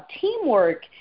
teamwork